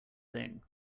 thing